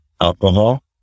Alcohol